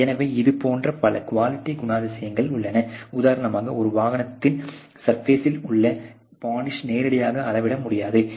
எனவே இதுபோன்ற பல குவாலிட்டி குணாதிசயங்கள் உள்ளன உதாரணமாக ஒரு வாகனத்தின் சுர்பெசில் உள்ள பொலிஷை நேரடியாக அளவிட முடியாது